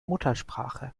muttersprache